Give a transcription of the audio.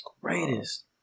greatest